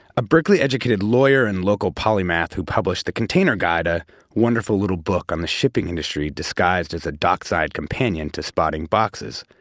a berkeley educated lawyer and local polymath who published the container guide, a wonderful little book on the shipping industry disguised as a dockside companion to spotting boxes.